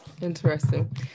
interesting